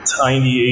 tiny